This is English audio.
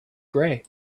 gray